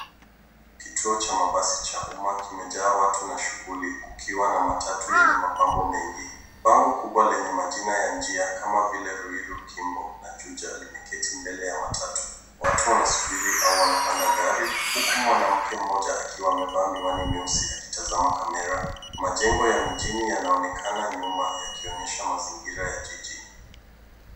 Kituo cha mabasi cha umma kimejaa watu na shughuli kukiwa na matatu yenye mapambo mengi. Bango kubwa lenye majina ya njia kama vile Ruiru, Kimbo na Juja likiketi mbele ya matatu. Watu wanasubiri au wanapanda gari huku mwanamke mmoja akiwa amevaa miwani mieusi akitazama kamera. Majengo ya mijini yanaonekana nyuma yakionyesha mazingira ya jiji.